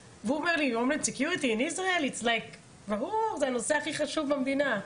ברור, זה הנושא הכי חשוב במדינה.